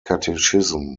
catechism